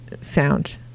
sound